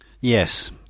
Yes